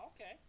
okay